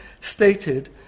stated